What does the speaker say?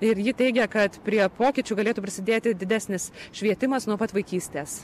ir ji teigia kad prie pokyčių galėtų prisidėti didesnis švietimas nuo pat vaikystės